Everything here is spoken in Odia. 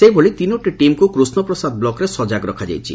ସେହିଭଳି ତିନିଟି ଟମ୍କୁ କୃଷପ୍ରସାଦ ବ୍ଲକ୍ରେ ସଜାଗ ରଖାଯାଇଛି